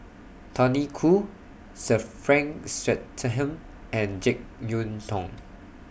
Tony Khoo Sir Frank Swettenham and Jek Yeun Thong